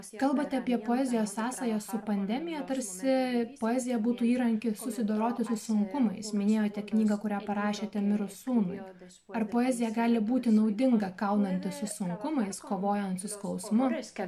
kalbate apie poezijos sąsajos su pandemija tarsi poezija būtų įrankis susidoroti su sunkumais minėjote knygą kurią parašėte mirus sūnui ar poezija gali būti naudinga kaunantis su sunkumais kovojant su skausmu